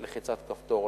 בלחיצת כפתור,